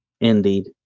Indeed